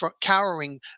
cowering